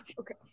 Okay